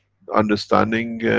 understanding.